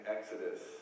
Exodus